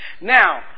Now